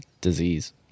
disease